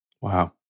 Wow